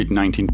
19